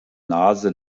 nase